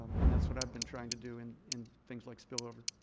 and that's what i've been trying to do and in things like spillover.